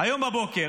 היום בבוקר